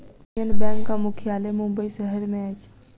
union बैंकक मुख्यालय मुंबई शहर में अछि